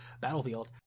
battlefield